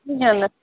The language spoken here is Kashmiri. کِہیٖنۍ نہٕ